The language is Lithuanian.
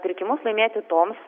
pirkimus laimėti toms